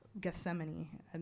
Gethsemane